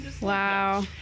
Wow